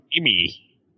Amy